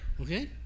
okay